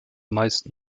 meist